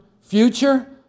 future